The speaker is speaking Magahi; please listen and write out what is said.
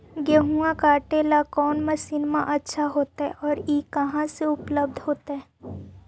गेहुआ काटेला कौन मशीनमा अच्छा होतई और ई कहा से उपल्ब्ध होतई?